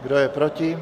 Kdo je proti?